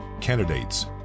candidates